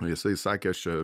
jisai sakė aš čia